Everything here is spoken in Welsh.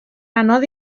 anodd